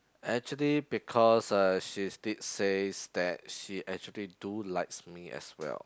actually because uh she did says that she actually do likes me as well